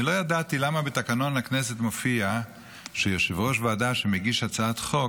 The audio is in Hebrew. אני לא ידעתי למה בתקנון הכנסת מופיע שכשיושב-ראש ועדה מגיש הצעת חוק,